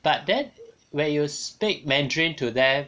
but then when you speak mandarin to them